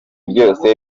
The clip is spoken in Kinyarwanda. byose